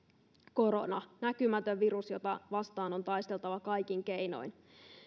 korona näkymätön virus jota vastaan on taisteltava kaikin keinoin